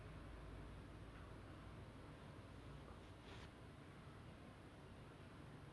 but my motion sickness oh my god I hate like bus long bus rides is a big no no for me